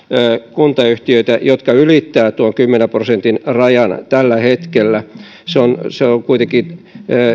kuntayhtiötä jotka ylittävät tuon kymmenen prosentin rajan tällä hetkellä se on se on kuitenkin